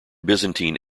byzantine